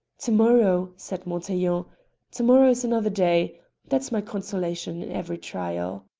to-morrow, said montaiglon to-morrow is another day that's my consolation in every trial.